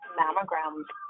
mammograms